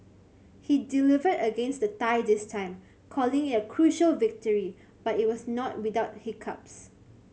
he delivered against the Thai this time calling it a crucial victory but it was not without hiccups